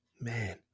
Man